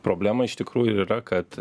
problema iš tikrųjų yra kad